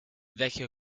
vecchio